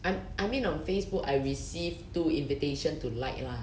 I I mean on facebook I received two invitation to like lah